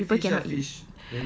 oh so married people cannot eat